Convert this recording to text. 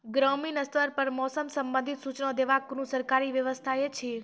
ग्रामीण स्तर पर मौसम संबंधित सूचना देवाक कुनू सरकारी व्यवस्था ऐछि?